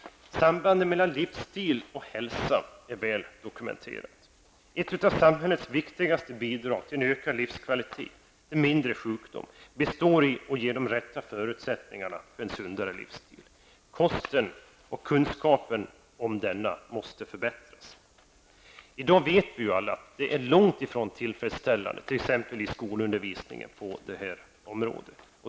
Sambandet mellan livsstil och hälsa är väl dokumenterat. Ett av samhällets viktigaste bidrag till en ökad livskvalitet och mindre sjukdom består i att ge de rätta förutsättningarna för en sundare livsstil. Kosten och kunskapen om denna måste förbättras. I dag vet vi alla att förhållandena är långt ifrån tillfredsställande t.ex. i skolundervisningen på detta område.